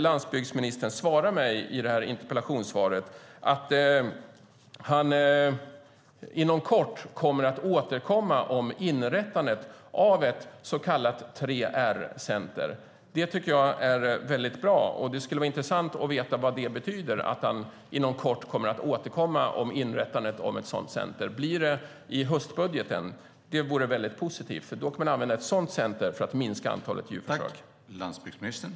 Landsbygdsministerns interpellationssvar var positivt, nämligen att han inom kort kommer att återkomma om inrättandet av ett så kallat 3R-center. Det är bra, och det skulle vara intressant att få veta vad det betyder att han inom kort kommer att återkomma om inrättandet av ett sådant center. Blir det i höstbudgeten? Det vore positivt eftersom ett sådant center kan användas för att minska antalet djurförsök.